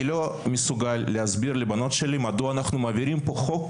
אני לא מסוגל להסביר לבנות שלי מדוע אנחנו מעבירים פה חוק